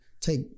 take